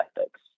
ethics